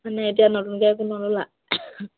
নাই এতিয়া নতুনকে একো নল'লা